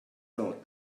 thought